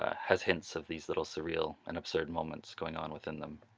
ah has hints of these little surreal and absurd moments going on within them.